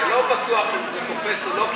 אם אתה לא בטוח אם זה תופס או לא,